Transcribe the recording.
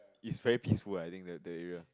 is very peaceful I think the the area